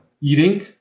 eating